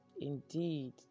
indeed